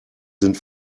sind